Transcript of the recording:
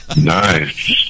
Nice